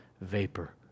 vapor